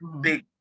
big